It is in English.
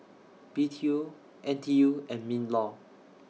B T O N T U and MINLAW